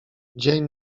dzień